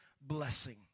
blessing